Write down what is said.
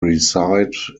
reside